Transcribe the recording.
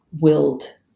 willed